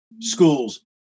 Schools